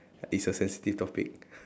it's a sensitive topic